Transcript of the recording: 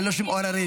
ללא שום עוררין,